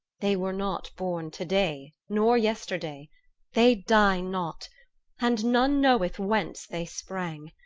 they were not born today nor yesterday they die not and none knoweth whence they sprang.